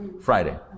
Friday